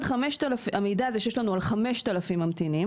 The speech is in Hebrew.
המידע שיש לנו על 5000 ממתינים,